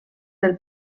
del